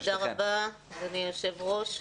תודה רבה אדוני היושב-ראש.